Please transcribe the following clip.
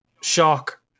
shock